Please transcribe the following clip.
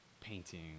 painting